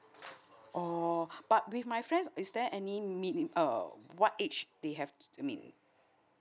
oh but with my friends is there any min uh what age they have to min